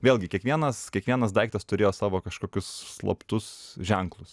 vėlgi kiekvienas kiekvienas daiktas turėjo savo kažkokius slaptus ženklus